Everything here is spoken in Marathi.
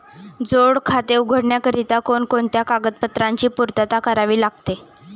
जोड खाते उघडण्याकरिता कोणकोणत्या कागदपत्रांची पूर्तता करावी लागते?